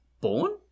born